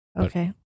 okay